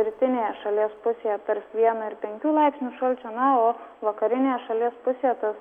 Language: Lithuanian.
rytinėje šalies pusėje tarp vieno ir penkių laipsnių šalčio na o vakarinėje šalies pusėje tas